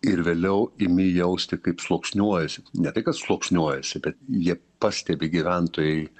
ir vėliau imi jausti kaip sluoksniuojasi ne tai kad sluoksniuojasi bet jie pastebi gyventojai